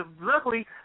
luckily –